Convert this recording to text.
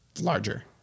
larger